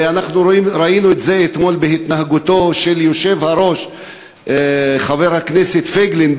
וראינו את זה אתמול בהתנהגותו של היושב-ראש חבר הכנסת פייגלין,